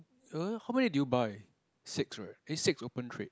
err how many do you buy six right eh six open trade